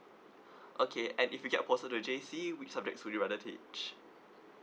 okay and if you get a post to the J_C which subjects would you rather teach